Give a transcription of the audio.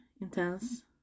intense